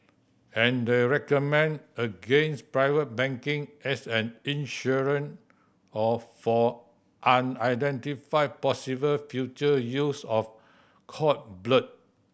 and they recommend against private banking as an insurance or for unidentified possible future use of cord blood